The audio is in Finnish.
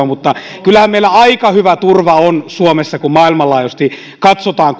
mutta kyllähän meillä kuitenkin aika hyvä turva on suomessa kun maailmanlaajuisesti katsotaan